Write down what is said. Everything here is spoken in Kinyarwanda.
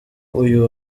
uyu